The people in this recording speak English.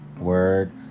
word